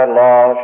law